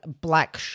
black